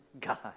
God